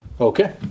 Okay